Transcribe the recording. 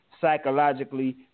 psychologically